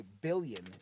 billion